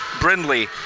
Brindley